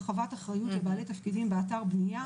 הרחבת אחריות לבעלי תפקידים באתר בניה,